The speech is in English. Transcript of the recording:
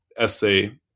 essay